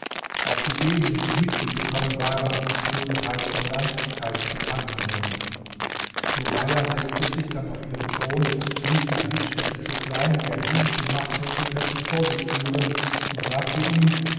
auch die genien die mit ihm gekommen waren wurden teils verbrannt teils gefangengenommen turaja setzte sich dann auf ihren thron ließ dahisch der sich so klein wie ein hühnchen machte gefesselt vor sich führen und sagte ihm